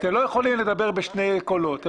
אתם לא יכולים לדבר בשני קולות.